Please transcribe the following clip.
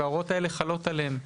וההוראות האלה חלות עליהם.